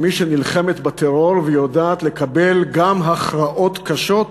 כמי שנלחמת בטרור ויודעת לקבל גם הכרעות קשות,